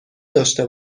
داشته